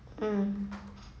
mm